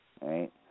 Right